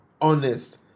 Honest